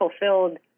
fulfilled